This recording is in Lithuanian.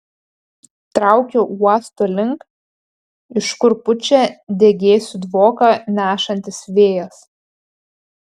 traukiu uosto link iš kur pučia degėsių dvoką nešantis vėjas